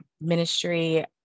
ministry